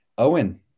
Owen